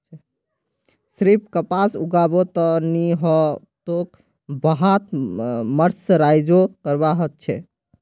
सिर्फ कपास उगाबो त नी ह तोक वहात मर्सराइजो करवा ह तोक